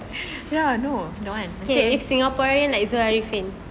ya no don't want